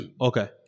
Okay